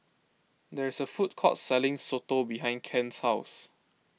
there is a food court selling Soto behind Kent's house